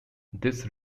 this